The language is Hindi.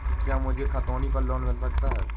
क्या मुझे खतौनी पर लोन मिल सकता है?